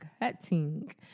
cutting